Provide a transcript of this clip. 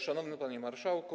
Szanowny Panie Marszałku!